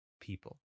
people